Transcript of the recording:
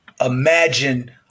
Imagine